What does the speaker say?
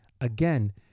again